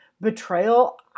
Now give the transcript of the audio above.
betrayal